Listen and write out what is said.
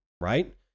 Right